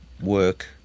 work